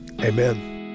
amen